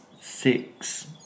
six